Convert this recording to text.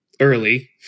early